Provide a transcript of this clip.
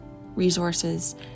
resources